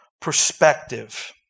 perspective